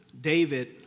David